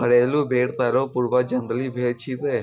घरेलू भेड़ केरो पूर्वज जंगली भेड़ छिकै